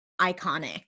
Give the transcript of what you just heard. iconic